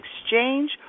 exchange